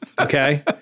Okay